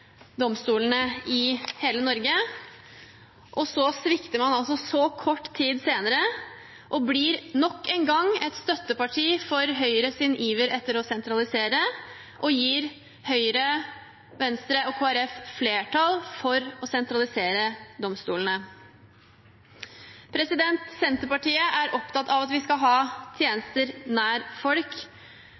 domstolene i hele Norge. Så svikter man altså så kort tid etterpå, blir nok en gang et støtteparti for Høyres iver etter å sentralisere og gir Høyre, Venstre og Kristelig Folkeparti flertall for å sentralisere domstolene. Senterpartiet er opptatt av at vi skal ha tjenester nær folk.